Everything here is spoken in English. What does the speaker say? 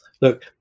look